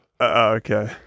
okay